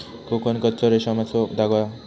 कोकन कच्च्या रेशमाचो धागो हा